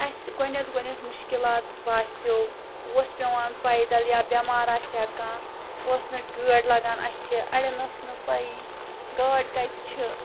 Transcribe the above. اَسہِ گۄڈٕنٮ۪تھ گۄڈنٮ۪تھ مُشکِلات باسیو اوس پٮ۪وان پیدَل یا بٮ۪مار آسہِ ہا کانٛہہ اوس نہٕ گٲڑۍ لَگان اَتھِ اَڑٮ۪ن ٲس نہٕ پَیی گٲڑ کَتہِ چھِ